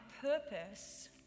purpose